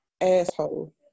asshole